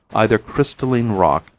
either crystalline rock,